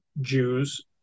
Jews